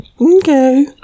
Okay